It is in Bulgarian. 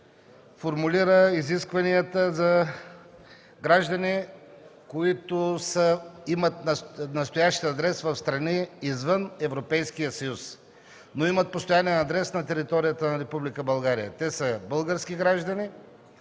формулира изискванията за граждани, които имат настоящ адрес в страни извън Европейския съюз, но имат постоянен адрес на територията на Република България. Те са български граждани.